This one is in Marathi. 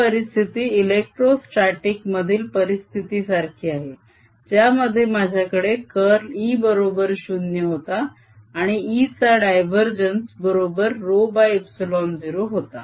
ही परिस्थिती इलेक्ट्रोस्टटीक मधील परिस्थिती सारखी आहे ज्यामध्ये माझ्याकडे कर्ल E बरोबर 0 होता आणि E चा डायवरजेन्स बरोबर ρε0 होता